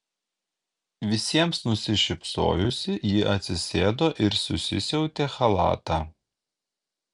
visiems nusišypsojusi ji atsisėdo ir susisiautę chalatą